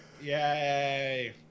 Yay